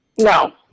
no